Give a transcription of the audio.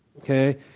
okay